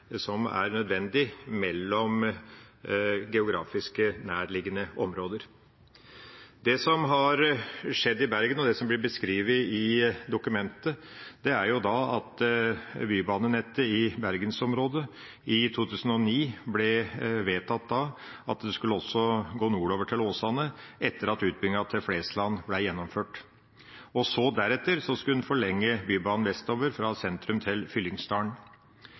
som er nødvendig mellom geografisk nærliggende områder. Det som har skjedd i Bergen, og det som blir beskrevet i dokumentet, er at det ble vedtatt i 2009 at bybanenettet i Bergensområdet skulle utvides nordover til Åsane etter at utbygginga til Flesland var gjennomført. Deretter skulle en forlenge bybanen vestover fra sentrum til Fyllingsdalen.